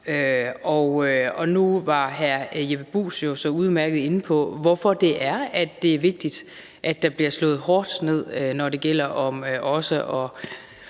Nu var hr. Jeppe Bruus jo så udmærket inde på, hvorfor det er, at det er vigtigt, at der bliver slået hårdt ned, når det gælder tyveri af